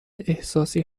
احساسی